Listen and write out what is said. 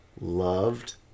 loved